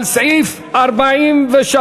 על סעיף 43(1)